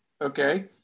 Okay